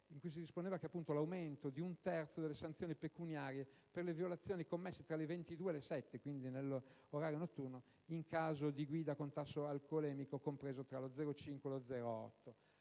corretta relativa all'aumento di un terzo delle sanzioni pecuniarie per le violazioni commesse tra le ore 22 e le ore 7, e quindi nell'orario notturno, per i casi di guida con tasso alcolemico compreso tra lo 0,5 e lo 0,8